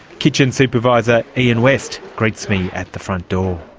kitchen supervisor ian west greets me at the front door.